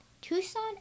Tucson